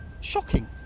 shocking